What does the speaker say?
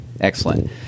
Excellent